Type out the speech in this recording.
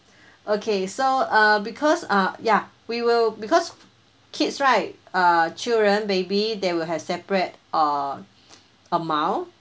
okay so uh because uh ya we will because kids right uh children baby there will have separate uh amount